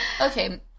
Okay